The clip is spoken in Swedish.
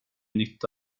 nytta